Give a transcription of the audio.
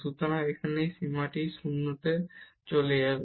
সুতরাং এখানে এই সীমাটি 0 তে চলে যাবে